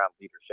leadership